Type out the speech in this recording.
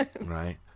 right